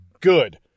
good